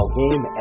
game